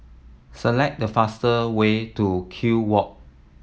select the fast way to Kew Walk